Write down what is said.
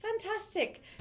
fantastic